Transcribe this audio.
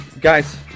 Guys